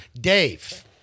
Dave